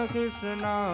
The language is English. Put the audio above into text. Krishna